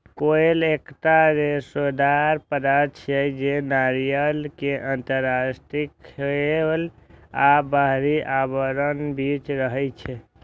coir एकटा रेशेदार पदार्थ छियै, जे नारियल के आंतरिक खोल आ बाहरी आवरणक बीच रहै छै